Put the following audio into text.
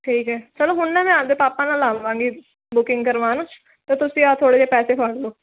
ਠੀਕ ਹੈ ਚਲੋ ਹੁਣ ਨਾ ਮੈਂ ਆਪਦੇ ਪਾਪਾ ਨਾਲ ਆਵਾਂਗੀ ਬੁਕਿੰਗ ਕਰਵਾਉਣ ਤਾਂ ਤੁਸੀਂ ਆਹ ਥੋੜ੍ਹੇ ਜਿਹੇ ਪੈਸੇ ਫੜ ਲਓ